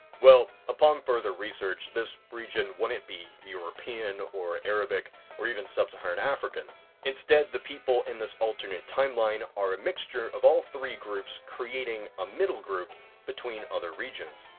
well upon further research this region wouldn't be the european or arabic or even sub-saharan african instead the people in this alternate timeline are a mixture of all three groups creating a middle group between other regions.